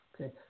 Okay